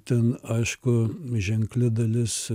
ten aišku ženkli dalis